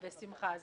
בשמחה.